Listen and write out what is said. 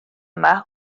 yma